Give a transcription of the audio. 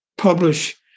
Publish